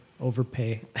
overpay